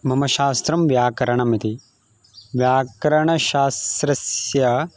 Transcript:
मम शास्त्रं व्याकरणम् इति व्याकरणशास्रस्य